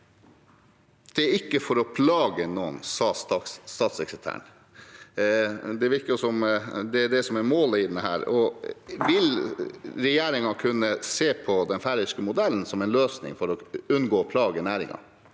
Det er ikke for å plage noen, sa statssekretæren. Det virker som om det er det som er målet. Vil regjeringen kunne se på den færøyske modellen som en løsning for å unngå å plage næringen?